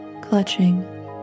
clutching